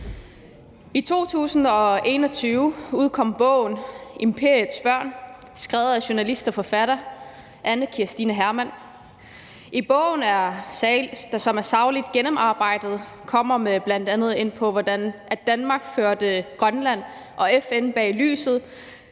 I 2021 udkom bogen »Imperiets børn« skrevet af journalist og forfatter Anne Kirstine Hermann. Bogen, som er sagligt gennemarbejdet, kommer bl.a. ind på, hvordan Danmark førte Grønland og FN bag lyset,